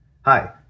Hi